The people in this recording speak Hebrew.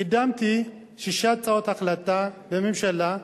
קידמתי שש הצעות החלטה בממשלה.